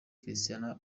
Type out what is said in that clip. cristiano